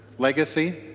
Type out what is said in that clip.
legacy.